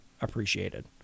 appreciated